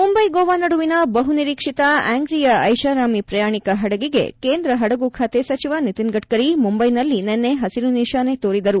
ಮುಂಬ್ಲೆ ಗೋವಾ ನಡುವಿನ ಬಹು ನಿರೀಕ್ಷಿತ ಆಂಗ್ರಿಯಾ ಐಷಾರಾಮಿ ಪ್ರಯಾಣಿಕ ಪಡಗಿಗೆ ಕೇಂದ್ರ ಪಡಗು ಖಾತೆ ಸಚಿವ ನಿತಿನ್ ಗಡ್ಕರಿ ಮುಂಬೈನಲ್ಲಿ ನಿನ್ನೆ ಹಸಿರು ನಿಶಾನೆ ತೋರಿದರು